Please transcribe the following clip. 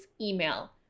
email